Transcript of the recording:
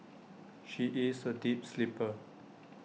she is A deep sleeper